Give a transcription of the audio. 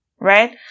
Right